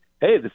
Hey